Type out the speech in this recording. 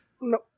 No